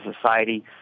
society